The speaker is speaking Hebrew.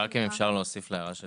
רק אם אפשר להוסיף להערה של